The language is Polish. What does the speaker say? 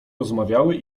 rozmawiały